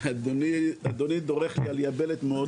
אדוני דורך לי על יבלת מאוד קשה.